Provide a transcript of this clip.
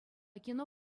кино